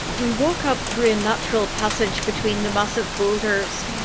we walk up through a natural passage between the massive boulders,